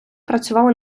працювали